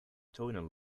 tonal